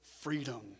freedom